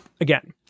again